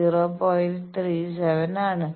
37 λ ആണ്